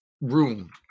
room